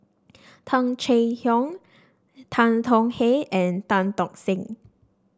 Tung Chye Hong Tan Tong Hye and Tan Tock Seng